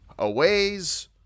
aways